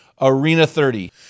ARENA30